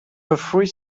three